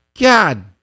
God